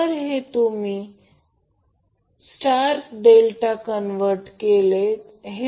तर हे जे तुम्हाला स्टार डेल्टा कन्व्हर्टेड मिळेल